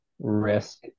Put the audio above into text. risk